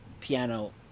piano